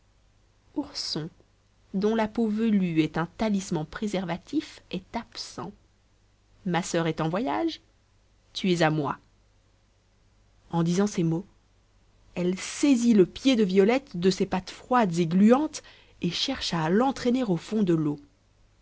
ourson dont la peau velue est un talisman préservatif est absent ma soeur est en voyage tu es à moi en disant ces mots elle saisit le pied de violette de ses pattes froides et gluantes et chercha à l'entraîner au fond de l'eau